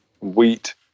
wheat